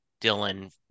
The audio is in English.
Dylan